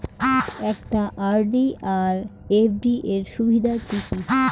একটা আর.ডি আর এফ.ডি এর সুবিধা কি কি?